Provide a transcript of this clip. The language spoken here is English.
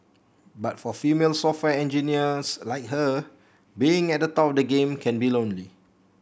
but for female software engineers like her being at the top of the game can be lonely